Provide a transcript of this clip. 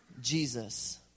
Jesus